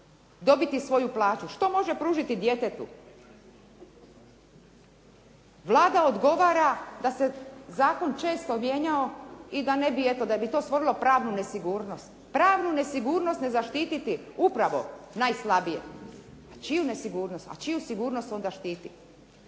dobiti svoju plaću? Što može pružiti djetetu? Vlada odgovara da se zakon često mijenjao i da ne bi eto, da bi to stvorilo pravnu nesigurnost, pravnu nesigurnost ne zaštititi upravo najslabije. Pa čiju nesigurnost? A čiju sigurnost onda štiti?